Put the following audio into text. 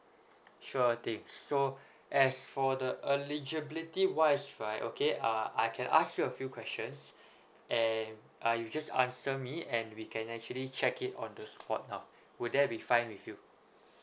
sure things so as for the eligibility wise right okay uh I can ask you a few questions and uh you just answer me and we can actually check it on the spot now would that be fine with you